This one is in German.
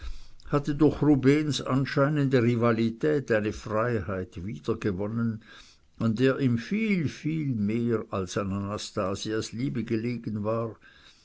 hatte durch rubehns anscheinende rivalität eine freiheit wiedergewonnen an der ihm viel viel mehr als an anastasias liebe gelegen war